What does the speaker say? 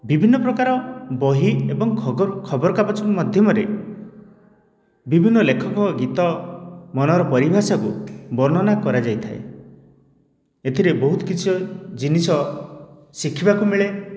ବିଭିନ୍ନ ପ୍ରକାର ବହି ଏବଂ ଖବରକାଗଜ ମାଧ୍ୟମରେ ବିଭିନ୍ନ ଲେଖକ ଗୀତ ମନର ପରିଭାଷାକୁ ବର୍ଣ୍ଣନା କରାଯାଇଥାଏ ଏଥିରେ ବହୁତ କିଛି ଜିନିଷ ଶିଖିବାକୁ ମିଳେ